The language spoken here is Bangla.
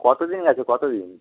কতদিন গেছে কতদিন